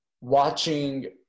watching